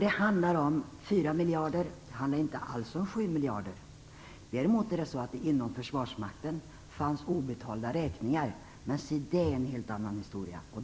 Det handlar om 4 miljarder, inte alls om 7 miljarder. Däremot fanns det inom försvarsmakten obetalda räkningar, men det är en helt annan historia.